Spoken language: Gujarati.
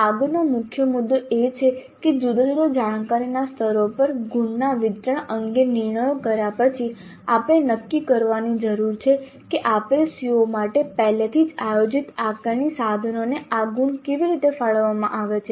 આગળનો મુખ્ય મુદ્દો એ છે કે જુદા જુદા જાણકારીના સ્તરો પર ગુણના વિતરણ અંગે નિર્ણય કર્યા પછી આપણે નક્કી કરવાની જરૂર છે કે આપેલ CO માટે પહેલેથી જ આયોજિત આકારણી સાધનોને આ ગુણ કેવી રીતે ફાળવવામાં આવે છે